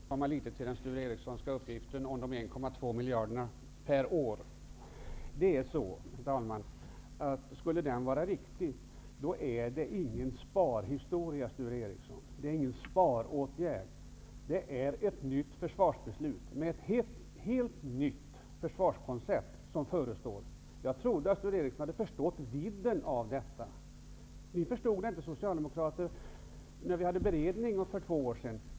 Herr talman! Jag vill återkomma till Sture Ericsons uppgift om att det rör sig om en besparing på 1,2 miljarder per år. Om den uppgiften är riktig, är det inte fråga om någon sparåtgärd, herr Ericson, utan om ett nytt försvarsbeslut baserat på ett helt nytt försvarskoncept. Jag trodde att Sture Ericson hade förstått vidden av detta. Ni socialdemokrater förstod det inte, då ärendet bereddes för två år sedan.